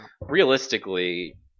realistically